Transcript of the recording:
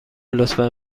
لطفا